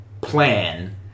plan